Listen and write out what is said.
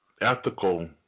ethical